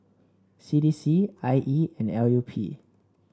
C D C I E and L U P